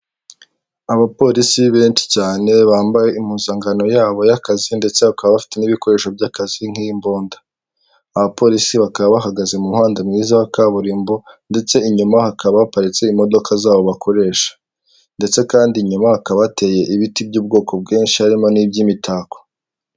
Aba polisi benshi cyane bambaye impuzankano yabo y'akazi ndetse bakaba bafite n'ibikoresho by'akazi nk'imbunda, abapolisi bakaba bahagaze mu muhanda mwiza wa kaburimbo ndetse inyuma hakaba haparitse imodoka zabo bakoresha, ndetse kandi inyuma hakaba hateye ibiti by'ubwoko bwinshi harimo n'ibyimitako.